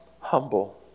humble